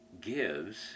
gives